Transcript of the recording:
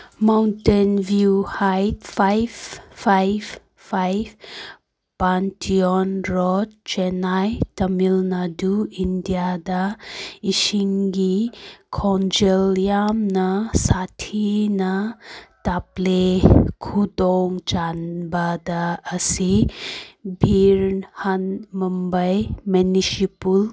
mountain View Height five five five Pantheon road Chennai Tamil Nadu ꯏꯁꯤꯡꯒꯤ ꯈꯣꯟꯖꯦꯜ ꯌꯥꯝꯅ ꯁꯥꯊꯤꯅ ꯇꯞꯂꯦ ꯈꯨꯗꯣꯡ ꯆꯥꯕꯗ ꯑꯁꯤ ꯕꯤꯔ ꯍꯟ ꯃꯨꯝꯕꯩ ꯃꯨꯅꯤꯁꯤꯄꯥꯜ